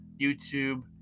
YouTube